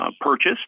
purchased